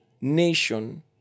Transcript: nation